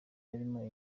barimo